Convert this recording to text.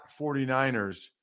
49ers